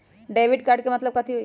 Debit card के मतलब कथी होई?